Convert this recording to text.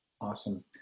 awesome